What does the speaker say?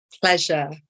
pleasure